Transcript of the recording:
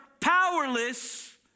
powerless